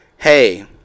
Hey